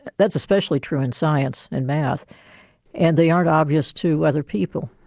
that's especially true in science and math and they aren't obvious to other people.